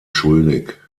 schuldig